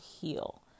heal